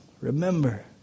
Remember